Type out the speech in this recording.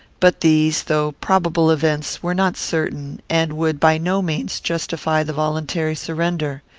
but these, though probable events, were not certain, and would, by no means, justify the voluntary surrender.